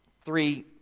three